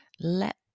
let